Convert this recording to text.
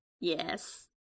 yes